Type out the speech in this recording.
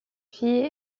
filles